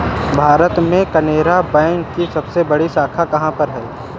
भारत में केनरा बैंक की सबसे बड़ी शाखा कहाँ पर है?